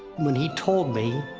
when he told me,